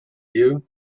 you